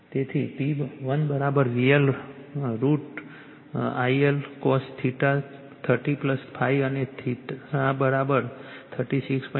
તેથી P1 VL IL cos 30 o અને આ 36